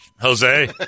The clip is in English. Jose